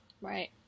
Right